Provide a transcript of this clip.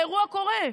האירוע קורה,